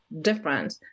different